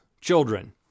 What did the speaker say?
children